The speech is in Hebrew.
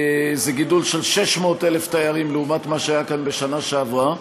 זה גידול של 600,000 תיירים לעומת מה שהיה כאן בשנה שעברה.